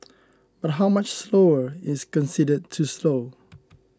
but how much slower is considered too slow